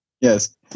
Yes